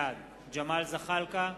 בעד ג'מאל זחאלקה,